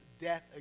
death